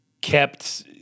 kept